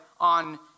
on